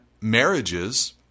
marriages